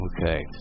Okay